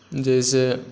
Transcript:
जाहिसँ